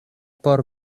por